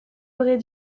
aurait